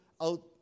out